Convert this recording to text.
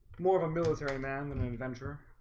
more of a military man than an adventurer.